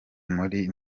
muri